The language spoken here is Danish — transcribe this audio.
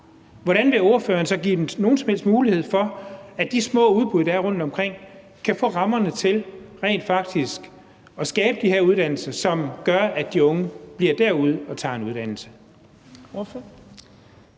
hvordan vil ordføreren så give nogen som helst mulighed for, at de små udbud, der er rundtomkring, kan få rammerne til rent faktisk at skabe de her uddannelser, som gør, at de unge bliver derude og tager en uddannelse?